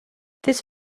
this